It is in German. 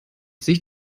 sich